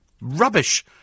Rubbish